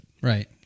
right